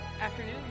afternoon